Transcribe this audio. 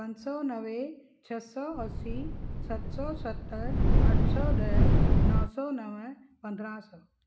पंज सौ नवे छह सौ असीं सत सौ सतरि अठ सौ ॾह नव सौ नव पंद्रहं सौ